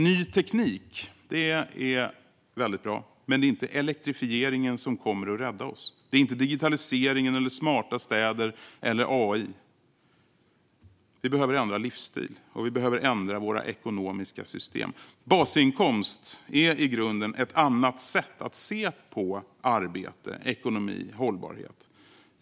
Ny teknik är väldigt bra, men det är inte elektrifieringen som kommer att rädda oss. Det kommer inte heller digitaliseringen, smarta städer eller AI att göra. Vi behöver ändra livsstil, och vi behöver ändra våra ekonomiska system. Basinkomst är i grunden ett annat sätt att se på arbete, ekonomi och hållbarhet.